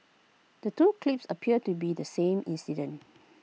the two clips appear to be the same incident